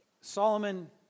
Solomon